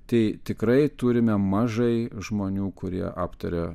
tai tikrai turime mažai žmonių kurie aptaria